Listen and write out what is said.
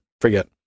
Forget